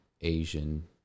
Asian